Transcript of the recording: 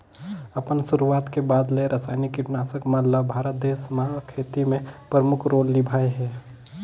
अपन शुरुआत के बाद ले रसायनिक कीटनाशक मन ल भारत देश म खेती में प्रमुख रोल निभाए हे